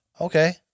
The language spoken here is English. Okay